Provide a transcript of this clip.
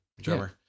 drummer